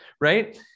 right